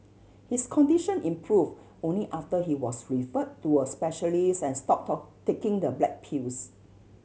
his condition improve only after he was refer to a specialist and stop taking the black pills